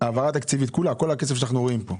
ההעברה התקציבית כולה, כל הכסף שאנחנו רואים פה.